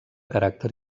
caràcter